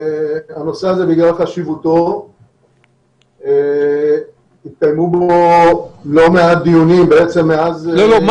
הנושא הזה בגלל חשיבותו התקיימו עליו לא מעט דיונים בעצם מאז --- לא,